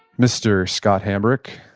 mr. scott hambrick,